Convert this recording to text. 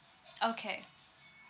okay